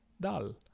dull